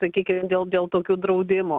sakykim dėl dėl tokių draudimų